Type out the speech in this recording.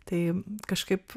tai kažkaip